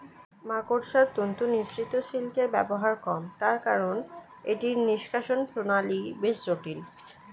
মাকড়সার তন্তু নিঃসৃত সিল্কের ব্যবহার কম, তার কারন এটির নিষ্কাশণ প্রণালী বেশ জটিল